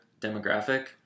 demographic